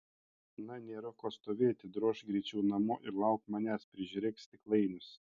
na nėra ko stovėti drožk greičiau namo ir lauk manęs prižiūrėk stiklainius